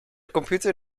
computer